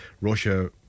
Russia